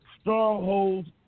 strongholds